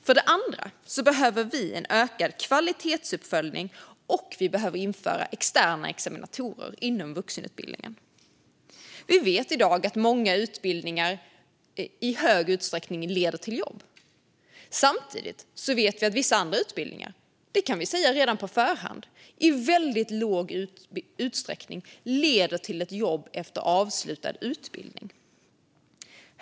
För det andra behöver vi en ökad kvalitetsuppföljning, och vi behöver införa externa examinatorer inom vuxenutbildningen. Vi vet i dag att många utbildningar i stor utsträckning leder till jobb. Samtidigt vet vi att vissa andra utbildningar, och det kan vi säga redan på förhand, i väldigt liten utsträckning leder till ett jobb efter avslutad utbildning.